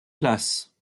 place